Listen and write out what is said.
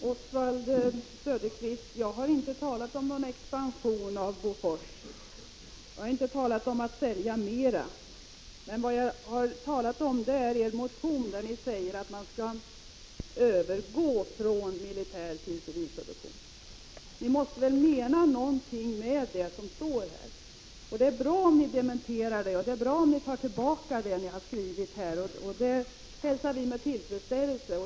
Fru talman! Jag har inte talat om någon expansion av Bofors, Oswald Söderqvist. Jag har inte talat om att sälja mera. Vad jag har talat om är er motion, där ni säger att man skall övergå från militär till civil produktion. Det är bra om ni tar tillbaka det ni har skrivit. Det hälsar jag med tillfredsställelse.